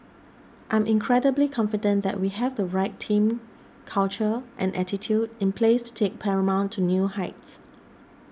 I'm incredibly confident that we have the right team culture and attitude in place to take Paramount to new heights